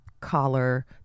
collar